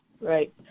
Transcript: right